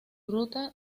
ruta